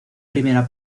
primera